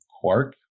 Quark